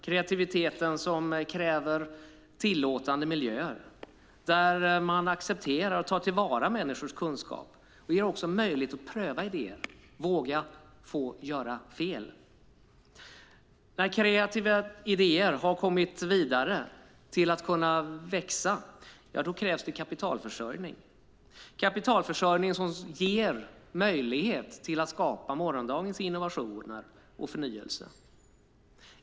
Kreativiteten kräver tillåtande miljöer där man accepterar och tar till vara människors kunskap och ger möjlighet att pröva idéer, att våga göra fel. När kreativa idéer har kommit vidare till att växa krävs kapitalförsörjning. Kapitalförsörjning ska ge möjlighet till att skapa morgondagens innovationer och förnyelser.